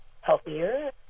healthier